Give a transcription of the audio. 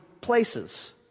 places